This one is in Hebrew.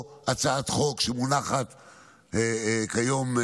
הצעת חוק שמונחת כיום,